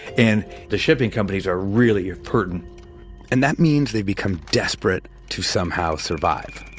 and the shipping companies are really impertinent and that means they become desperate to somehow survive.